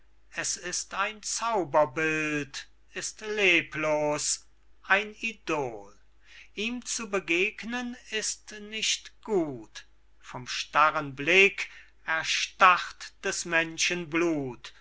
es ist ein zauberbild ist leblos ein idol ihm zu begegnen ist nicht gut vom starren blick erstarrt des menschen